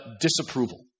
disapproval